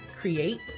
create